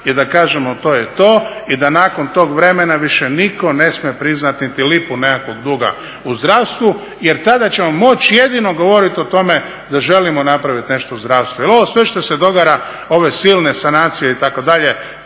i da kažemo, to je to i da nakon tog vremena više nitko ne smije priznati niti lipu nekakvog duga u zdravstvu jer tada ćemo moći jedino govoriti o tome da želimo napraviti nešto u zdravstvu jer ovo sve što se događa, ove silne sanacije, itd.,